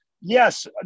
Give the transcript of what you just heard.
Yes